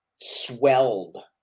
swelled